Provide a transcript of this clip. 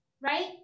right